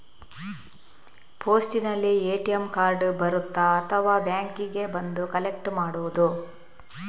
ಪೋಸ್ಟಿನಲ್ಲಿ ATM card ಬರುತ್ತಾ ಅಥವಾ ಬ್ಯಾಂಕಿಗೆ ಬಂದು ಕಲೆಕ್ಟ್ ಮಾಡುವುದು?